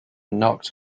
knocked